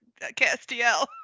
castiel